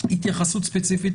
התייחסות ספציפית